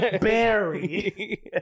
Barry